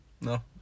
No